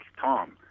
Tom